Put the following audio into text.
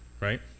right